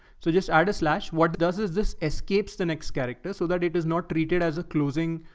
so just artists slash what does is this escapes, the next character, so that it is not treated as a closing.